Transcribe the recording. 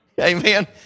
Amen